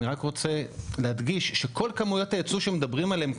אני רק רוצה להדגיש שכל כמויות הייצוא שמדברים עליהן,